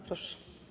Proszę.